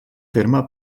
terme